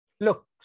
Look